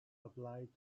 applied